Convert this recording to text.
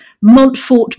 Montfort